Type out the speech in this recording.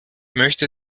möchte